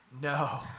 No